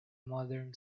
modern